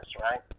right